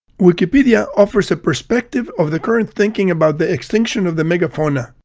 wikipedia offers a perspective of the current thinking about the extinction of the magafauna.